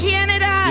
Canada